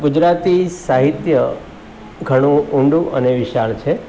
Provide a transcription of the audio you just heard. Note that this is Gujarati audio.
ગુજરાતી સાહિત્ય ઘણું ઊંડું અને વિશાળ છે